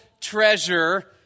treasure